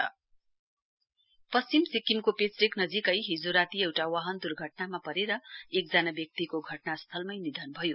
देत पश्चिम सिक्किम पेचरेक नजीकै हिजो राती एउटा वाहन दुर्घटनामा परेर एकजना व्यक्तिको घटना स्थलमै निधन भयो